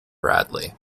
bradley